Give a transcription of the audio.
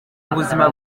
ubuzima